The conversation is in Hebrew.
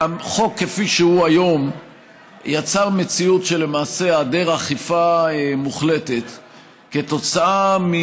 החוק כפי שהוא היום יצר למעשה מציאות של